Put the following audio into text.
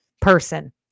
person